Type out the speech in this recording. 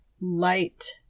light